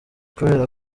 kubera